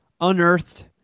unearthed